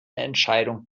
entscheidung